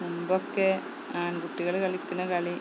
മുമ്പൊക്കെ ആൺകുട്ടികൾ കളിക്കണ കളി